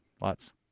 lots